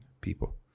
people